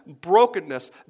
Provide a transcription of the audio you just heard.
brokenness